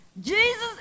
Jesus